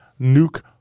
nuke